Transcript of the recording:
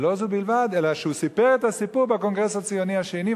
ולא זו בלבד אלא שהוא סיפר את הסיפור בקונגרס הציוני השני,